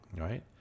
right